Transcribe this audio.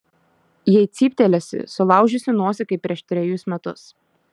jei cyptelėsi sulaužysiu nosį kaip prieš trejus metus